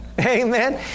Amen